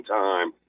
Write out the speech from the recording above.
time